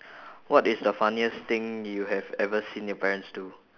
what is the funniest thing you have ever seen your parents do